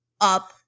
up